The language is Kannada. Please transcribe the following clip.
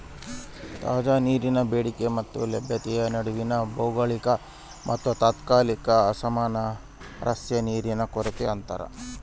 ತಾಜಾ ನೀರಿನ ಬೇಡಿಕೆ ಮತ್ತೆ ಲಭ್ಯತೆಯ ನಡುವಿನ ಭೌಗೋಳಿಕ ಮತ್ತುತಾತ್ಕಾಲಿಕ ಅಸಾಮರಸ್ಯನೇ ನೀರಿನ ಕೊರತೆ ಅಂತಾರ